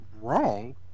wrong